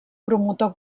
promotor